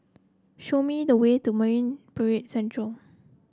show me the way to Marine Parade Central